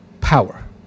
power